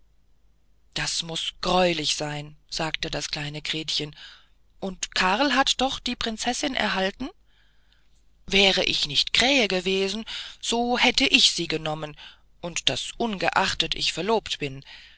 das muß greulich sein sagte das kleine gretchen und karl hat doch die prinzessin erhalten wäre ich nicht krähe gewesen so hätte ich sie genommen und das ungeachtet ich verlobt bin